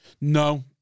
No